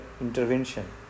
intervention